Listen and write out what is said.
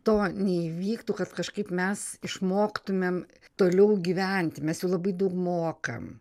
to neįvyktų kad kažkaip mes išmoktumėm toliau gyventi mes jau labai daug mokam